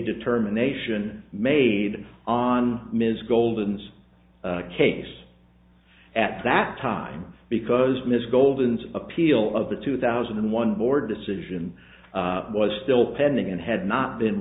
determination made on ms golden's case at that time because ms golden's appeal of the two thousand and one board decision was still pending and had not been